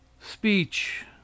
Speech